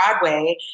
Broadway